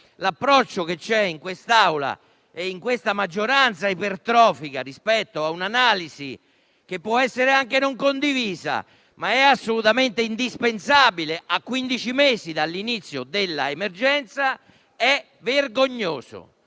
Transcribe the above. l'approccio che c'è in quest'Assemblea e in questa maggioranza ipertrofica rispetto a un'analisi, che può essere anche non condivisa ma è assolutamente indispensabile a quindici mesi dall'inizio della emergenza, è vergognoso.